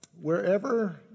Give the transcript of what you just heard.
Wherever